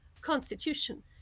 Constitution